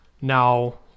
now